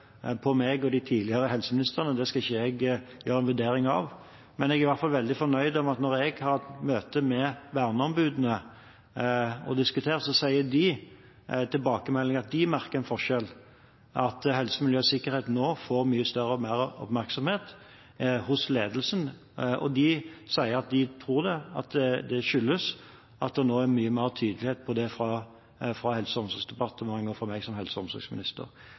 på meg og de tidligere helseministrene – det skal ikke jeg gjøre en vurdering av. Men jeg er veldig fornøyd med at når jeg har møter med verneombudene og diskuterer med dem, gir de tilbakemeldinger om at de merker forskjell – at helse, miljø og sikkerhet nå får større og mer oppmerksomhet hos ledelsen. De sier at de tror det skyldes at det nå er mye mer tydelighet om dette fra Helse- og omsorgsdepartementet og fra meg som helse- og omsorgsminister.